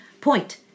Point